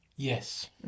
Yes